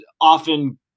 often